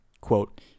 quote